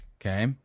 okay